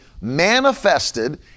manifested